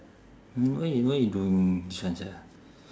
why you why you doing this one sia